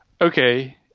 Okay